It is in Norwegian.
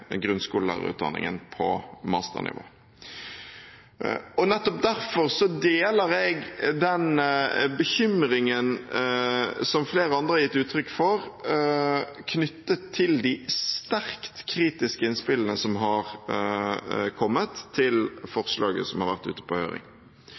grunnskolelærerutdanningen på masternivå. Nettopp derfor deler jeg den bekymringen som flere andre har gitt uttrykk for knyttet til de sterkt kritiske innspillene som har kommet til